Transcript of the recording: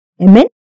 Amen